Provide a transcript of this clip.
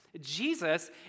Jesus